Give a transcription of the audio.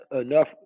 enough